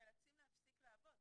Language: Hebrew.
נאלצים להפסיק לעבוד.